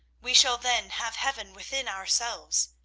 we shall then have heaven within ourselves.